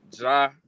Ja